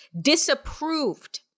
disapproved